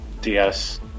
DS